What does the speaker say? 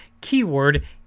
Keyword